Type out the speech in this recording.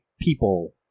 people